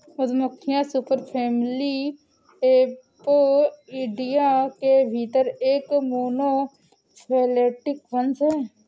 मधुमक्खियां superfamily Apoidea के भीतर एक मोनोफैलेटिक वंश हैं